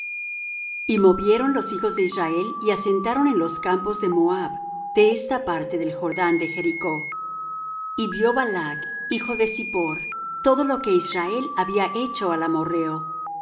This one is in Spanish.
y movieron los hijos de israel y asentaron en los campos de moab de esta parte del jordán de jericó y vió balac hijo de zippor todo lo que israel había hecho al amorrheo